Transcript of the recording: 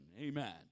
amen